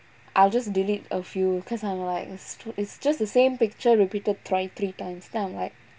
I will just delete a few cause I'm like it's too it's just the same picture repeated tri~ three times then I'm like